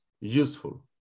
useful